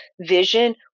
vision